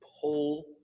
pull